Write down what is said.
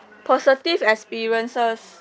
positive experiences